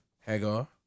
Hagar